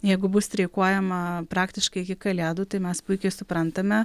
jeigu bus streikuojama praktiškai iki kalėdų tai mes puikiai suprantame